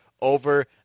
Over